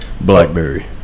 Blackberry